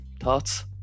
Thoughts